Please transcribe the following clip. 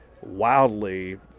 wildly